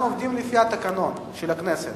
אנחנו עובדים לפי התקנון של הכנסת.